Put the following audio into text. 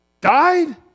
Died